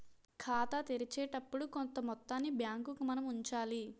ఖాతా తెరిచేటప్పుడు కొంత మొత్తాన్ని బ్యాంకుకు మనం ఉంచాలి